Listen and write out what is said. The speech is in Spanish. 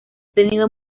tenido